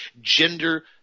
gender